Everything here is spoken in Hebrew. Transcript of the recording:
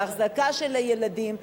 להחזקה של הילדים.